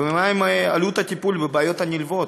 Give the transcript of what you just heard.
ומה עם עלות הטיפול בבעיות הנלוות,